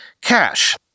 cash